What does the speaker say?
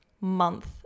month